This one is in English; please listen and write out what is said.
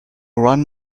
run